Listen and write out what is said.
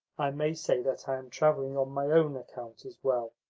i may say that i am travelling on my own account as well,